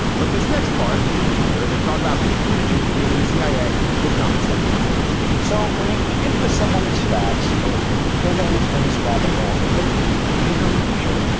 but this next part where they talk about pete boobage being in the cia was not satire so when you begin to assemble these facts or like go down these various rabbit holes or look at the bigger picture,